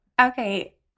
okay